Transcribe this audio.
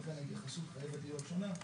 ולכן ההתייחסות חייבת להיות שונה.